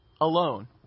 alone